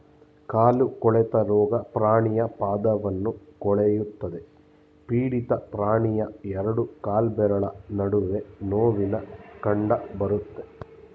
ಕಾಲು ಕೊಳೆತ ರೋಗ ಪ್ರಾಣಿಯ ಪಾದವನ್ನು ಕೊಳೆಯುತ್ತದೆ ಪೀಡಿತ ಪ್ರಾಣಿಯ ಎರಡು ಕಾಲ್ಬೆರಳ ನಡುವೆ ನೋವಿನ ಕಂಡಬರುತ್ತೆ